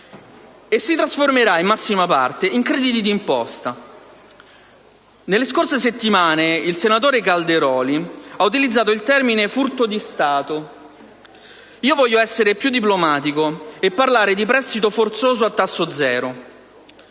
e si trasformerà in massima parte in crediti d'imposta. Nelle scorse settimane il senatore Calderoli ha utilizzato il termine "furto di Stato". Io voglio essere più diplomatico e parlare di «prestito forzoso a tasso zero».